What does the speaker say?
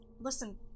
Listen